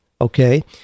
okay